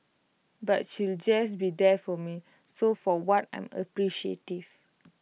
but she'll just be there for me so for what I'm appreciative